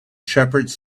shepherds